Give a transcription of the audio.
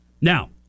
Now